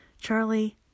Charlie